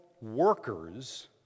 workers